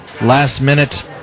last-minute